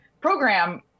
program